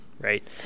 right